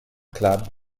club